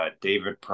david